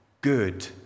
good